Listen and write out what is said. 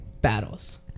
battles